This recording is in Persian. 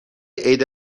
عید